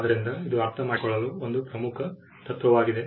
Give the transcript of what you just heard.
ಆದ್ದರಿಂದ ಇದು ಅರ್ಥಮಾಡಿಕೊಳ್ಳಲು ಒಂದು ಪ್ರಮುಖ ತತ್ವವಾಗಿದೆ